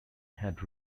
had